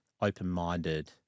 open-minded